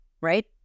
Right